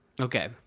Okay